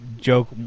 joke